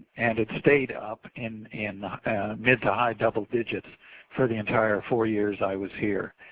and it stayed up in in mid to high double digits for the entire four years i was here.